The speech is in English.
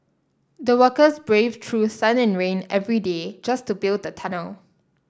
the workers braved through sun and rain every day just to build the tunnel